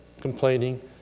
complaining